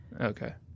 Okay